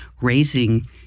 raising